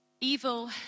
Evil